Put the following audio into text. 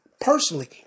personally